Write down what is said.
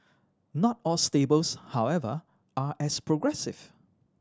not all stables however are as progressive